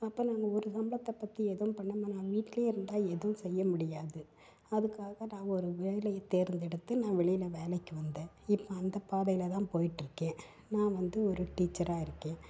அப்போ நம்ம ஒரு சம்பளத்தைப் பற்றி எதுவும் பண்ண முடியாது வீட்லேயே இருந்தால் எதுவும் செய்யமுடியாது அதுக்காக நான் ஒரு வேலையை தேர்ந்தெடுத்து நான் வெளியில் வேலைக்கு வந்தேன் இப்போ அந்த பாதையில் தான் போயிட்டுருக்கேன் நான் வந்து ஒரு டீச்சராக இருக்கேன்